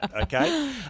okay